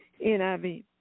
NIV